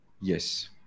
Yes